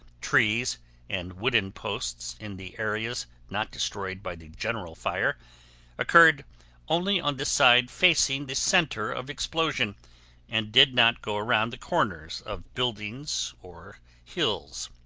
trees and wooden posts in the areas not destroyed by the general fire occurred only on the side facing the center of explosion and did not go around the corners of buildings or hills.